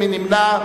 מי נמנע?